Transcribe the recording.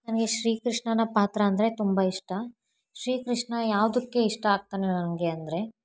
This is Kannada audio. ನನಗೆ ಶ್ರೀಕೃಷ್ಣನ ಪಾತ್ರ ಅಂದರೆ ತುಂಬ ಇಷ್ಟ ಶ್ರೀಕೃಷ್ಣ ಯಾವುದಕ್ಕೆ ಇಷ್ಟ ಆಗ್ತಾನೆ ನನಗೆ ಅಂದರೆ